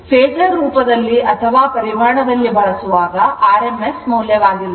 phasor ರೂಪದಲ್ಲಿ ಅಥವಾ ಪರಿಮಾಣದಲ್ಲಿ ಬಳಸುವಾಗ rms ಮೌಲ್ಯವಾಗಿರುತ್ತವೆ